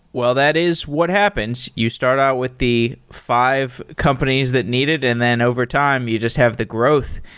well, that is what happens. you start out with the five companies that need it and then over time you just have the growth.